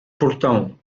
portão